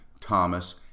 Thomas